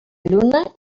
lluna